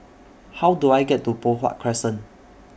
How Do I get to Poh Huat Crescent